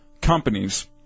companies